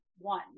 one